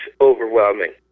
overwhelming